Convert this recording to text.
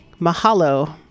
Mahalo